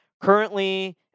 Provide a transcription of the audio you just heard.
Currently